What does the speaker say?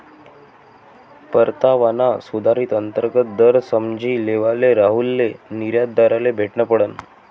परतावाना सुधारित अंतर्गत दर समझी लेवाले राहुलले निर्यातदारले भेटनं पडनं